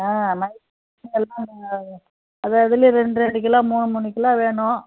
ஆ மைசூர் பாக் எல்லாம் அது அதுலேயும் ரெண்டு ரெண்டு கிலோ மூணு மூணு கிலோ வேணும்